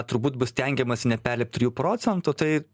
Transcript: turbūt bus stengiamasi neperlipt trijų procentų tai